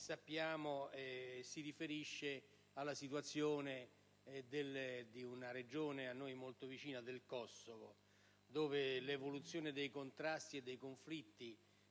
sappiamo si riferisce alla situazione di una regione a noi molto vicina, il Kosovo, dove l'evoluzione dei contrasti e dei conflitti